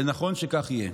נכון שכך יהיה,